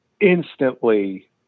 instantly